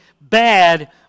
bad